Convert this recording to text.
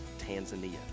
Tanzania